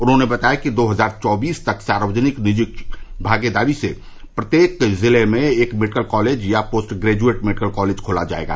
उन्होंने बताया कि दो हजार चौबीस तक सार्वजनिक निजी भागीदारी से प्रत्येक जिले में एक मेडिकल कॉलेज या पोस्ट ग्रेजुएट मेडिकल कॉलेज खोला जाएगा